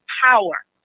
power